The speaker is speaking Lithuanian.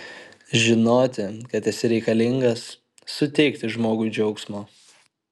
žinoti kad esi reikalingas suteikti žmogui džiaugsmo